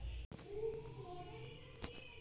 दुकानदार ने बताया कि हरी इलायची की दाम आसमान छू रही है